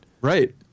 Right